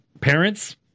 parents